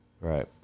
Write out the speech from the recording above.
Right